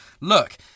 look